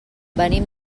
venim